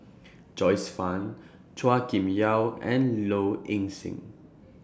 Joyce fan Chua Kim Yeow and Low Ing Sing